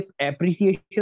appreciation